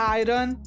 iron